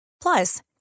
Plus